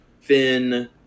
Finn